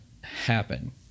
happen